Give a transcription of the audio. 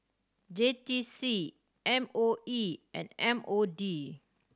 J T C M O E and M O D